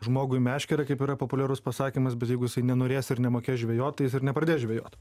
žmogui meškerę kaip yra populiarus pasakymas bet jeigu jisai nenorės ir nemokės žvejot tai jis ir nepradės žvejot